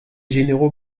généraux